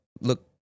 look